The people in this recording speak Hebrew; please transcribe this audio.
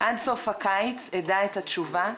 עד סוף הקיץ / אדע את התשובה,